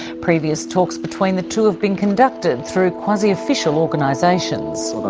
previous talks between the two have been conducted through quasi-official organisations.